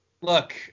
Look